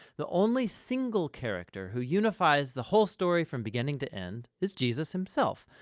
the only single character who unifies the whole story from beginning to end is jesus himself,